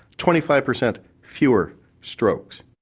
twenty five per cent fewer strokes.